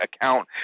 account